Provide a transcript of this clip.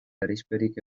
gerizperik